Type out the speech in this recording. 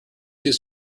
used